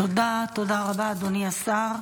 תודה רבה, אדוני השר.